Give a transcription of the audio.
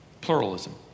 Pluralism